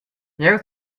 jeu